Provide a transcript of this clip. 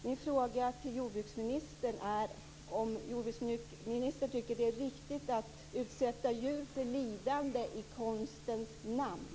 Min fråga till jordbruksministern är om hon tycker att det är riktigt att utsätta djur för lidande i konstens namn.